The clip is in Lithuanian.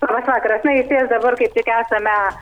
labas vakaras na iš ties dabar kaip tik esame